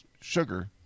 sugar